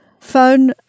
phone